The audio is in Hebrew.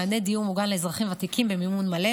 מעני דיור מוגן לאזרחים ותיקים במימון מלא,